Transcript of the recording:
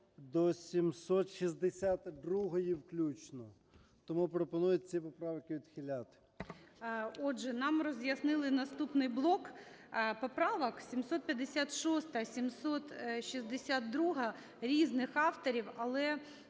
до 762-ї включно. Тому пропонується ці поправки відхиляти. ГОЛОВУЮЧИЙ. Отже, нам роз'яснили наступний блок поправок з 756 – 762 різних авторів, але